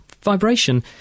vibration